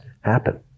happen